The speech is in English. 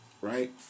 right